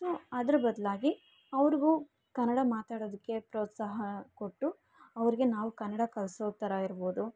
so ಅದ್ರ ಬದಲಾಗಿ ಅವ್ರಿಗೂ ಕನ್ನಡ ಮಾತಾಡೊದಕ್ಕೆ ಪ್ರೋತ್ಸಾಹ ಕೊಟ್ಟು ಅವ್ರಿಗೆ ನಾವು ಕನ್ನಡ ಕಲಿಸೋ ಥರ ಇರಬೋದು